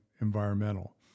environmental